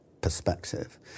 perspective